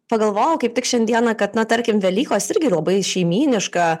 pagalvojau kaip tik šiandieną kad na tarkim velykos irgi labai šeimyniška